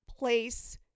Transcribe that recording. Place